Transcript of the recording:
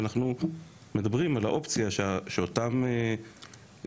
אנחנו מדברים על האופציה לפיה אותן סמכויות,